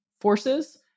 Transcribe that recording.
forces